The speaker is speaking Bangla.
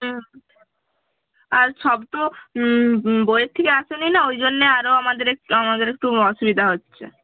হুম আর সব তো বইয়ের থেকে আসেনি না ওই জন্যে আরও আমাদের একটু আমাদের একটু অসুবিধা হচ্ছে